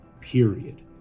period